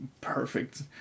perfect